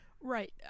Right